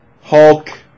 Hulk